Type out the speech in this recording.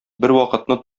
бервакытны